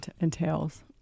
entails